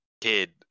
Kid